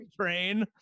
train